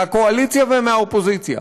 מהקואליציה ומהאופוזיציה,